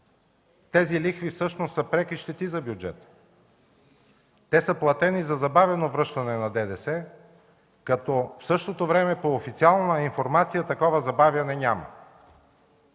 Тези лихви всъщност са преки щети за бюджета. Те са платени за забавено връщане на ДДС, като в същото време по официална информация такова забавяне няма.